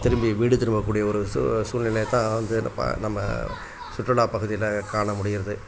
திரும்பி வீடு திரும்பக்கூடிய ஒரு சூ சூழ்நிலையைத் தான் வந்து நான் பா நம்ம சுற்றுலாப் பகுதியில் காண முடிகிறது